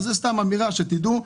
זו סתם אמירה, שתדעו.